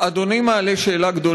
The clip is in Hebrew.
קודם כול, אדוני מעלה שאלה גדולה ורצינית.